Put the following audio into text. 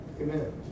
Amen